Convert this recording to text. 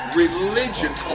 religion